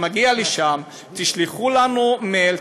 אתה מגיע לשם: תשלחו לנו מייל,